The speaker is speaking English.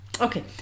Okay